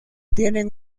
tienen